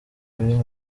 biri